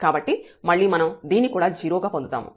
కాబట్టి మళ్ళీ మనం దీన్ని కూడా 0 గా పొందుతాము